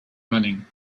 running